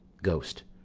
ghost.